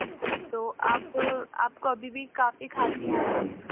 तो अब आप को अभी भी काफ़ी खांसी आ रही है